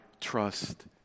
trust